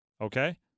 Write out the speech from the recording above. Okay